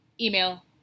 Email